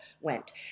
went